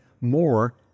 more